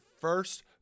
first